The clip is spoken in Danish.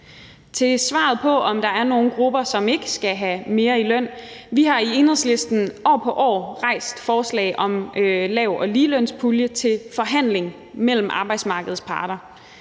Til spørgsmålet om, om der er nogle grupper, som ikke skal have mere i løn: Vi har i Enhedslisten år for år rejst forslag om en lavt- og ligelønspulje til forhandling mellem arbejdsmarkedets parter.